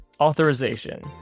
authorization